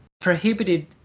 prohibited